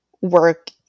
work